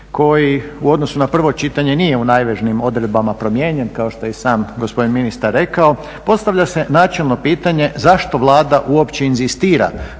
koji u odnosu na prvo čitanje nije u najvažnijim odredbama promijenjen, kao što je i sam gospodin ministar rekao, postavlja se načelno pitanje zašto Vlada uopće inzistira